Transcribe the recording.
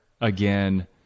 again